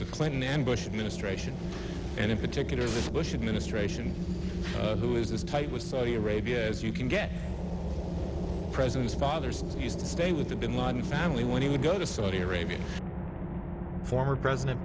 the clinton and bush administration and in particular the bush administration who is as tight with saudi arabia as you can get presidents father's used to stay with the bin laden family when he would go to saudi arabia former president